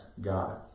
God